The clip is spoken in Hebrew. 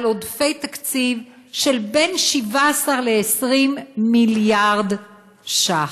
על עודפי תקציב של בין 17 ל-20 מיליארד שקל.